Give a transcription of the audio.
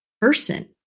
person